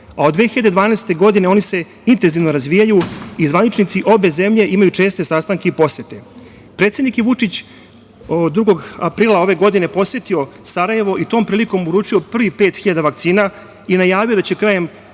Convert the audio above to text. a od 2012. godine oni se intenzivno razvijaju i zvaničnici obe zemlje imaju česte sastanke i posete. Predsednik Vučić je 2. aprila ove godine posetio Sarajevo i tom prilikom uručio prvih 5.000 vakcina i najavio da će krajem